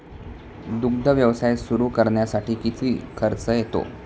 दुग्ध व्यवसाय सुरू करण्यासाठी किती खर्च येतो?